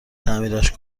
تعمیرش